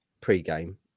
pre-game